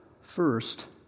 First